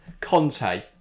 Conte